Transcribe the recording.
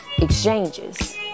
exchanges